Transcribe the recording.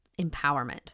empowerment